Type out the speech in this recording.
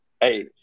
hey